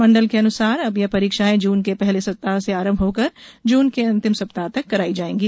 मंडल के अनुसार अब यह परीक्षाएं जून के पहले सप्ताह से आरंभ होकर जून के अंतिम सप्ताह तक कराई जाएंगी